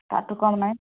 ତାଠୁ କମ ନାଇଁ